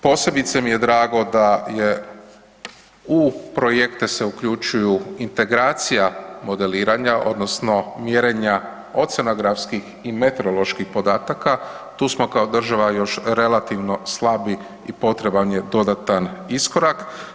Posebice mi je drago da se u projekte uključuje integracija modeliranja odnosno mjerenja oceanografskih i meteoroloških podataka, tu smo kao država još relativno slabi i potreban je dodatan iskorak.